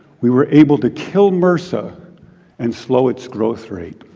we were able to kill mrsa and slow its growth rate.